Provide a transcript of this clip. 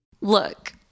Look